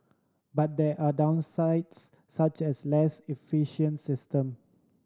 but there are downsides such as less efficient system